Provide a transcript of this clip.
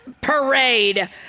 parade